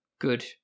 good